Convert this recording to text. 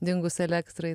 dingus elektrai